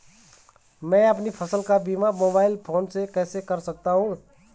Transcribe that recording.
मैं अपनी फसल का बीमा मोबाइल फोन से कैसे कर सकता हूँ?